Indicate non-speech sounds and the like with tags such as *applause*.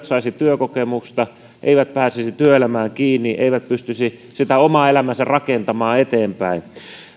*unintelligible* saisi työkokemusta eivät pääsisi työelämään kiinni eivät pystyisi sitä omaa elämäänsä rakentamaan eteenpäin